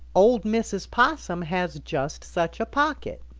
old mrs. possum has just such a pocket.